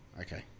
Okay